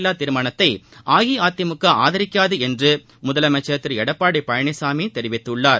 இல்லா தீர்மானத்தை அஇஅதிமுக ஆதரிக்காது என்று முதலமைச்சர் திரு எடப்பாடி பழளிசாமி தெரிவித்துள்ளார்